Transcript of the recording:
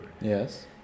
Yes